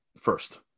first